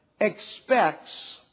expects